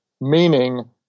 meaning